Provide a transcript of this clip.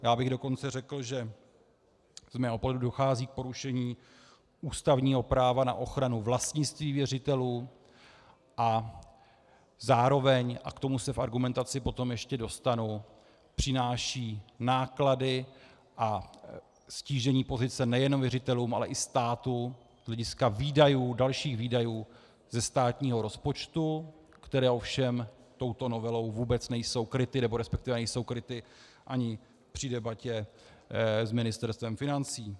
Já bych dokonce řekl, že z mého pohledu dochází k porušení ústavního práva na ochranu vlastnictví věřitelů a zároveň /a k tomu se v argumentaci potom ještě dostanu/ přináší náklady a ztížení pozice nejenom věřitelům, ale i státu z hlediska dalších výdajů ze státního rozpočtu, které ovšem touto novelou vůbec nejsou kryty, resp. nejsou kryty ani při debatě s Ministerstvem financí.